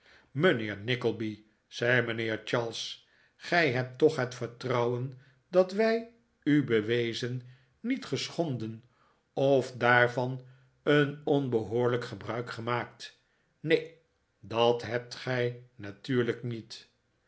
mijnheer nickleby zei mijnheer charles gij hebt toch het vertrouwen dat wij u bewezen niet geschonden of daarvan een onbehoorlijk gebruik gemaakt neen dat hebt gij natuurlijk niet